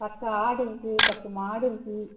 பத்து ஆடு இருக்குது பத்து மாடு இருக்குது